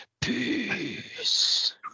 peace